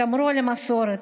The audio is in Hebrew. שמרו על המסורת,